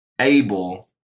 able